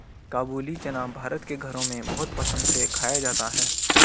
काबूली चना भारत के घरों में बहुत पसंद से खाया जाता है